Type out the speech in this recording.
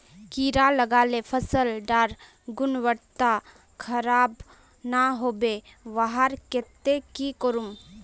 कीड़ा लगाले फसल डार गुणवत्ता खराब ना होबे वहार केते की करूम?